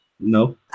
No